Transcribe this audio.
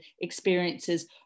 experiences